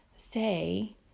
Say